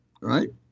right